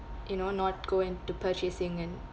you know not go into purchasing and